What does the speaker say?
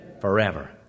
Forever